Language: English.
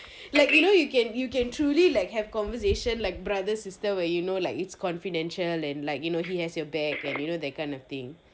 like you know you can you can truly like have conversation like brother sister where you know like it's confidential and like you know he has your back and you know that kind of thing